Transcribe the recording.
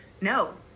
No